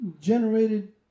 generated